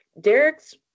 Derek's